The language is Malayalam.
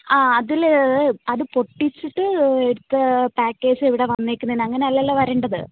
ആ അതിൽ അത് പൊട്ടിച്ചിട്ട് എടുത്ത പാക്കേജ് ഇവിടെ വന്നേക്കുന്നത് അങ്ങനെ അല്ലല്ലോ വരേണ്ടത്